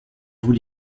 vous